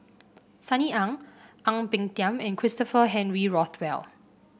Sunny Ang Ang Peng Tiam and Christopher Henry Rothwell